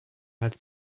had